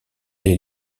les